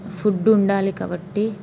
food ఉండాలి కాబట్టి